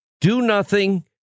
Do-nothing